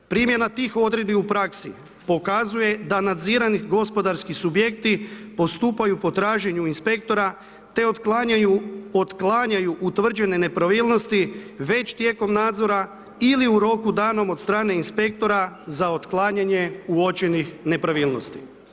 Primjena tih odredbi u praksi pokazuje da nadzirani gospodarski subjekti postupaju po traženju inspektora te otklanjaju utvrđene nepravilnosti već tijekom nadzora ili u roku danom od strane inspektora za otklanjanje uočenih nepravilnosti.